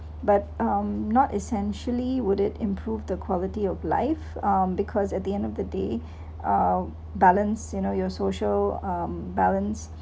but um not essentially would it improve the quality of life um because at the end of the day uh balance you know your social um balance